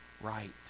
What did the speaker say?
right